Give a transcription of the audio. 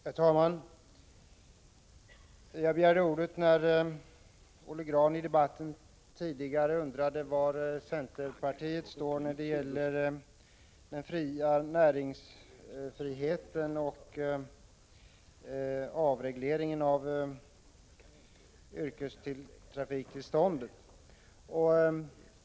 Herr talman! Jag begärde ordet när Olle Grahn i debatten tidigare undrade var centerpartiet står när det gäller näringsfriheten och avvecklingen av yrkestrafikregleringen.